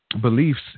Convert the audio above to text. beliefs